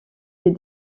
des